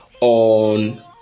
on